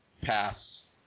pass